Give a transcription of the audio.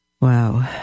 Wow